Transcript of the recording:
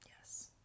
yes